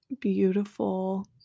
beautiful